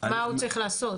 מה הוא צריך לעשות?